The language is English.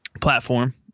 platform